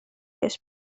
بهش